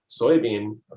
soybean